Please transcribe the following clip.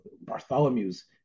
Bartholomew's